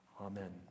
Amen